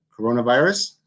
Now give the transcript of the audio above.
coronavirus